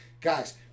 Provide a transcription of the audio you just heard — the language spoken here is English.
Guys